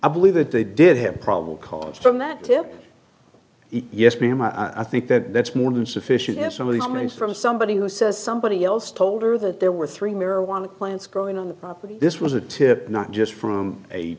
i believe that they did have probable cause from that tip yes ma'am i think that that's more than sufficient in some of the comments from somebody who says somebody else told her that there were three marijuana plants growing on the property this was a tip not just from a